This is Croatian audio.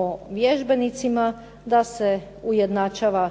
o vježbenicima, da se ujednačava